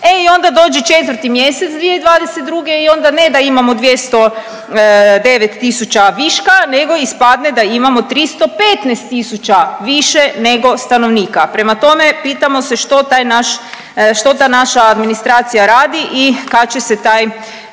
E i onda dođe 4. mjesec 2022. i onda ne da imamo 209 tisuća viška nego ispadne da imamo 315 tisuća više nego stanovnika. Prema tome pitamo se što taj naš, što ta naša administracija radi i kad će se taj